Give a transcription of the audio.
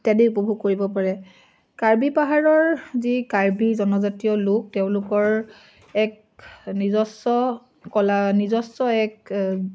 ইত্যাদি উপভোগ কৰিব পাৰে কাৰ্বি পাহাৰৰ যি কাৰ্বি জনজাতীয় লোক তেওঁলোকৰ এক নিজস্ব কলা নিজস্ব এক